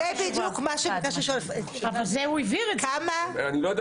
אבל כמה --- הוא לא יודע